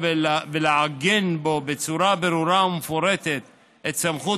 ולעגן בו בצורה ברורה ומפורטת את סמכות